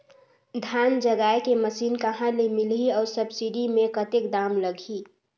धान जगाय के मशीन कहा ले मिलही अउ सब्सिडी मे कतेक दाम लगही?